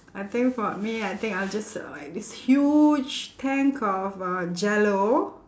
I think for me I think I'll just uh like this huge tank of uh Jell-O